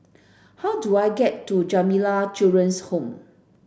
how do I get to Jamiyah Children's Home